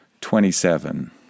twenty-seven